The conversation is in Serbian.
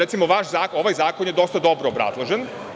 Recimo, vaš zakon, ovaj zakon je dosta dobro obrazložen.